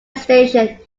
station